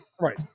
Right